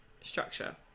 structure